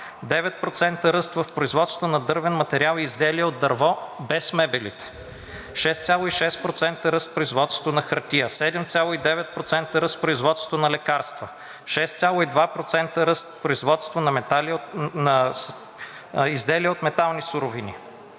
9% ръст в производството на дървен материал и изделия от дърво, без мебелите; 6,6% ръст в производството на хартия; 7,9% ръст в производството на лекарства; 6,2% ръст в производството на изделия от метални суровини;